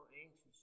anxious